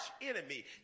enemy